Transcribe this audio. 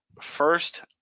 first